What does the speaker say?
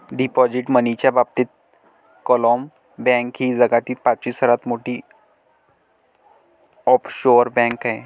deposit मनीच्या बाबतीत क्लामन बँक ही जगातील पाचवी सर्वात मोठी ऑफशोअर बँक आहे